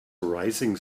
rising